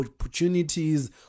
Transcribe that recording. opportunities